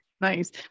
nice